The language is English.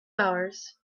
hours